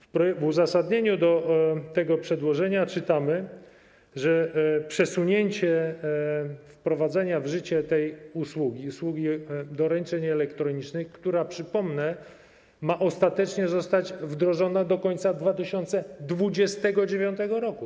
W uzasadnieniu tego przedłożenia czytamy o przesunięciu wprowadzenia w życie tej usługi - usługi doręczeń elektronicznych - która, przypomnę, ma ostatecznie zostać wdrożona do końca 2029 r.